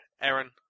Aaron